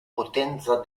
potenza